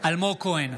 אלמוג כהן,